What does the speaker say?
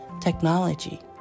technology